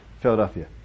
Philadelphia